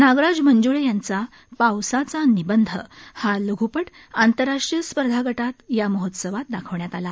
नागराज मंज्ळे यांचा पावसाचा निबंध हा लघ्पट आंतरराष्ट्रीय स्पर्धा गटात या महोत्सवात दाखवण्यात आला